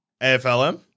AFLM